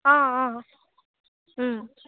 অঁ অঁ